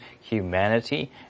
humanity